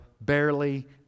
barely